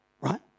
right